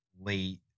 late